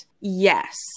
yes